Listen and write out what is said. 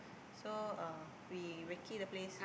so uh we recce the place